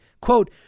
quote